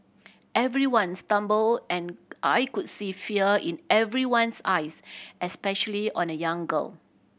everyone stumbled and I could see fear in everyone's eyes especially on a young girl